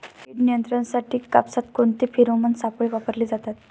कीड नियंत्रणासाठी कापसात कोणते फेरोमोन सापळे वापरले जातात?